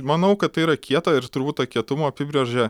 manau kad tai yra kieta ir turbūt tą kietumą apibrėžia